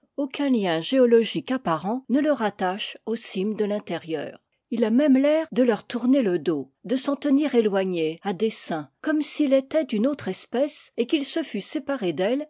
aucun lien géologique apparent ne le rattache aux cimes de l'intérieur il a même l'air de leur tourner le dos de s'en tenir éloigné à dessein comme s'il était d'une autre espèce et qu'il se fût séparé